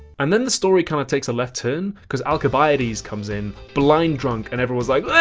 and then the story kinda takes a left turn cause alcibiades comes in blind drunk and everyone's like,